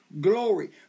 glory